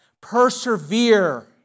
persevere